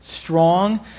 strong